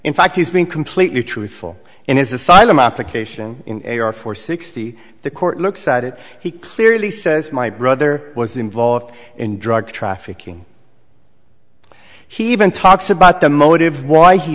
in fact he's been completely truthful in his asylum application for sixty the court looks at it he clearly says my brother was involved in drug trafficking he even talks about the motive why he